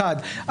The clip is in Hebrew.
דבר אחד,